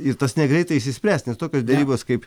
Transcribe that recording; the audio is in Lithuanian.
ir tas negreitai išsispręs nes tokios derybos kaip